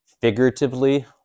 figuratively